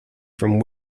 from